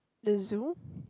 the zoo